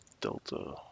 delta